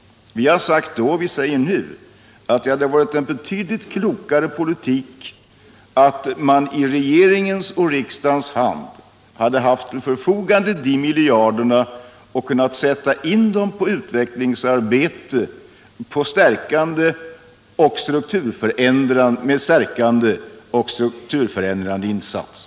Vi sade i samband med denna åtgärd, och vi vidhåller det nu, att det hade varit en betydligt klokare politik att regeringen och riksdagen hade haft dessa miljarder till förfogande för att sätta in dem på utvecklingsarbete med strukturstärkande och strukturförändrande inriktning.